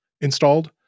installed